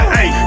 Hey